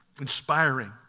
inspiring